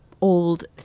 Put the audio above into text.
old